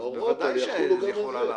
בוודאי זה יחול עליו.